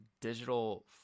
digital